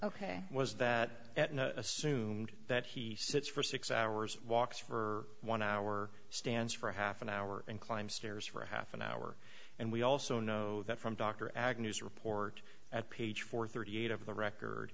ok was that assumed that he sits for six hours walks for one hour stands for half an hour and climb stairs for half an hour and we also know that from dr agnew's report at page four thirty eight of the record